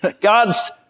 God's